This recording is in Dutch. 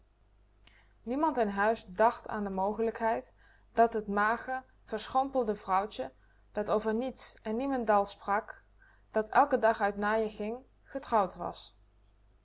niemand in huis dacht aan de mogelijkheid dat t mager verschrompeld vrouwtje dat over niets en niemendal sprak dat eiken dag uit naaien ging getrouwd was